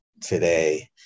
today